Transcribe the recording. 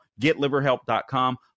getliverhelp.com